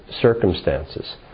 circumstances